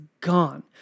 gone